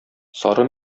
сары